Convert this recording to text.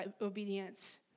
obedience